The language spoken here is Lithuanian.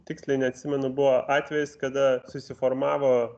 tiksliai neatsimenu buvo atvejis kada susiformavo